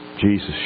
Jesus